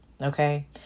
Okay